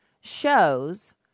shows